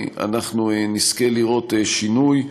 אנחנו נזכה לראות שינוי.